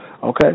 Okay